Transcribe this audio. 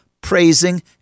praising